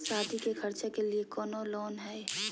सादी के खर्चा के लिए कौनो लोन है?